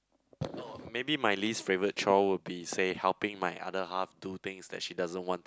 maybe my least favourite chore would be say helping my other half do things that she doesn't want